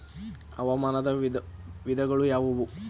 ಹವಾಮಾನದ ವಿಧಗಳು ಯಾವುವು?